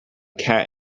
cat